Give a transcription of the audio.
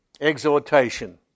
exhortation